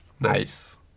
Nice